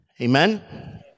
Amen